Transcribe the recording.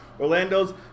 Orlando's